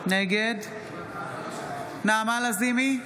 נגד נעמה לזימי,